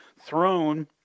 throne